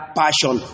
passion